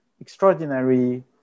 extraordinary